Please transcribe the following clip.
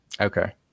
okay